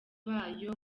bayo